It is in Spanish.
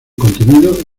contenido